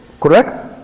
Correct